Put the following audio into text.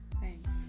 Thanks